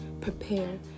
Prepare